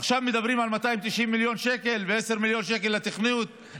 עכשיו מדברים על 290 מיליון שקל ו-10 מיליון שקל לתכנון,